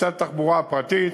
לצד התחבורה הפרטית,